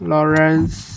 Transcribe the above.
Lawrence